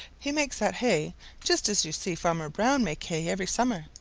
he makes that hay just as you see farmer brown make hay every summer.